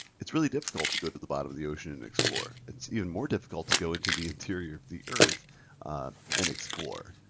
it's really difficult to go to the bottom of the ocean and explore. it's even more difficult to go into the interior of the earth and explore.